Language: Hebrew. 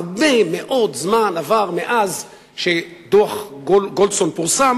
הרבה מאוד זמן עבר מאז שדוח גולדסטון פורסם